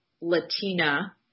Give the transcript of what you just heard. Latina